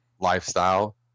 lifestyle